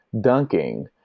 dunking